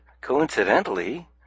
coincidentally